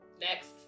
next